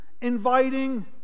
inviting